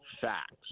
facts